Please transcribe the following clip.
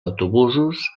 autobusos